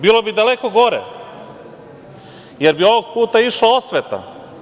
Bilo bi daleko gore, jer bi ovog puta išla osveta.